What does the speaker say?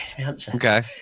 Okay